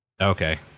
Okay